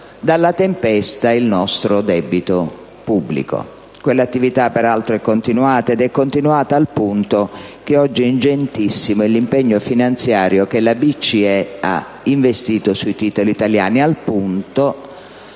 dalla tempesta il nostro debito pubblico. Quell'attività, peraltro, è continuata a tal punto che oggi è ingentissimo l'impegno finanziario che la BCE ha investito sui titoli italiani.